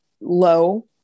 low